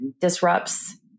disrupts